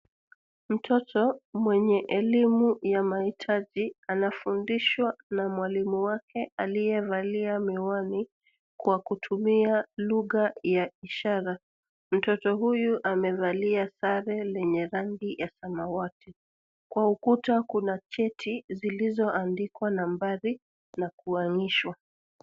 Mtoto mwenye elimu ya mahitaji anafundishwa na mwalimu wake aliyevalia miwani kwa kutumia lugha ya ishara. Mtoto huyu amevalia sare lenye rangi ya samawati. Kwa ukuta kuna cheti zilizoanikwa nambari na kuhangishwa .